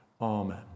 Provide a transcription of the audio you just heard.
Amen